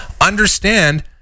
understand